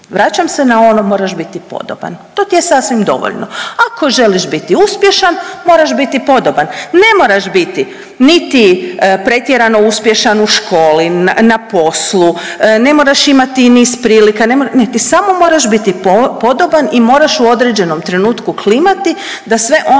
Vraćam se na ono moraš biti podoban, to ti je sasvim dovoljno. Ako želiš biti uspješan moraš biti podoban. Ne moraš biti niti pretjerano uspješan u školi, na poslu, ne moraš imati niz prilika. Ne, ti samo moraš biti podoban i moraš u određenom trenutku klimati da sve ono